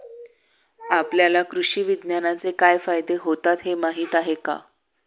आपल्याला कृषी विज्ञानाचे काय फायदे होतात हे माहीत आहे का?